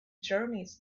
journeys